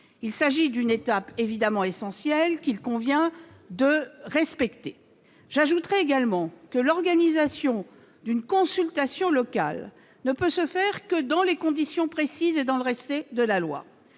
Il s'agit d'une étape évidemment essentielle, qu'il convient de respecter. J'ajoute que l'organisation d'une consultation locale ne peut se faire que dans des conditions précises et dans le respect de la loi.